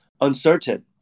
uncertain